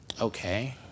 Okay